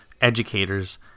educators